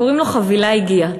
קוראים לו "חבילה הגיעה"